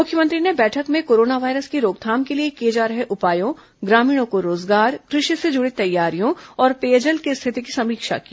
मुख्यमंत्री ने बैठक में कोरोना वायरस की रोकथाम के लिए किए जा रहे उपायों ग्रामीणों को रोजगार कृषि से जुड़ी तैयारियों और पेयजल की स्थिति की समीक्षा की